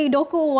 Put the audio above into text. Doku